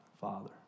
Father